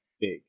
big